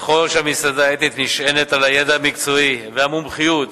ככל שהמסעדה האתנית נשענת על הידע המקצועי והמומחיות